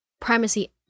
primacy